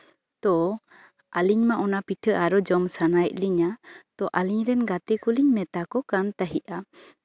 ᱛᱚ ᱟᱞᱤᱧ ᱢᱟ ᱚᱱᱟ ᱯᱤᱴᱷᱟᱹ ᱟᱨᱚ ᱡᱚᱢ ᱥᱟᱱᱟᱭᱮᱜ ᱞᱤᱧᱟ ᱛᱚ ᱟᱞᱤᱧ ᱨᱮᱱ ᱜᱟᱛᱮ ᱠᱚᱞᱤᱧ ᱢᱮᱛᱟ ᱠᱚ ᱠᱟᱱ ᱛᱟᱦᱮᱸᱜᱼᱟ